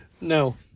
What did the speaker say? No